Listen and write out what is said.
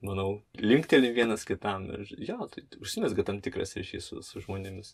manau linktelim vienas kitam ir jo tai užsimezga tam tikras ryšys su su žmonėmis